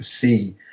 see